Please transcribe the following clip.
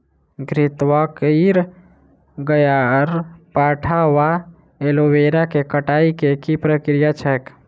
घृतक्वाइर, ग्यारपाठा वा एलोवेरा केँ कटाई केँ की प्रक्रिया छैक?